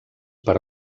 per